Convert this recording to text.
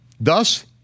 thus